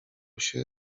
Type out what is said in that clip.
się